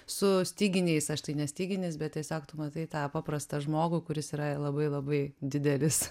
su styginiais aš tai ne styginis bet tiesiog tu matai tą paprastą žmogų kuris yra labai labai didelis